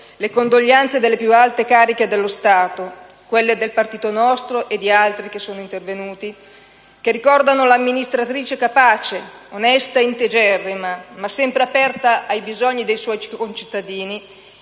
le condoglianze delle più alte cariche dello Stato, quelle del nostro partito e di altri che sono intervenuti, che ricordano l'amministratrice capace, onesta e integerrima, ma sempre aperta ai bisogni dei suoi concittadini,